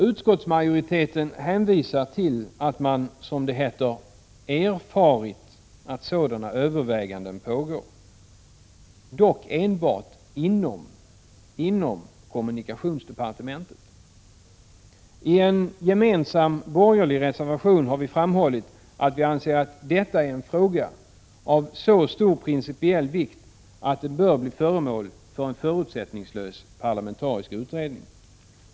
Utskottsmajoriteten hänvisar till att man, som det heter, erfarit att sådana överväganden pågår, dock enbart inom kommunikationsdepartementet. I en gemensam borgerlig reservation har vi framhållit att vi anser att denna fråga är av så stor principiell vikt att den bör bli föremål för en förutsättningslös parlamentarisk utredning.